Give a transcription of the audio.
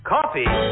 Coffee